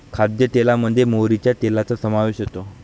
खाद्यतेलामध्ये मोहरीच्या तेलाचा समावेश होतो